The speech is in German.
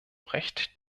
recht